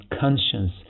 conscience